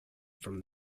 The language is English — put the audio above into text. from